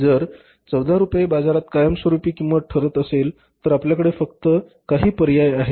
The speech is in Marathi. जर 14 रुपये बाजारात कायमस्वरूपी किंमत ठरत असेल तर आपल्याकडे फक्त काही पर्याय आहेत